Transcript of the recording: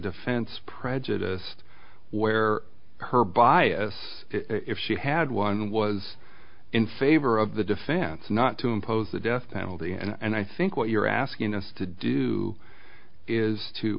defense prejudiced where her bias if she had won was in favor of the defense not to impose the death penalty and i think what you're asking us to do is to